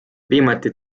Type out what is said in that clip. viimati